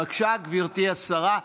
בבקשה, גברתי השרה.